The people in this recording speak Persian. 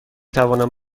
توانم